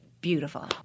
beautiful